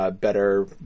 better